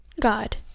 God